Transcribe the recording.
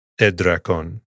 edrakon